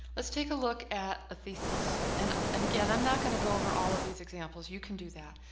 let's take a look at a thesis and, and again, i'm not going to go over all of these examples. you can do that.